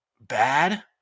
bad